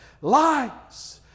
lies